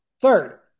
Third